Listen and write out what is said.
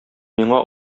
миңа